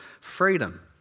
freedom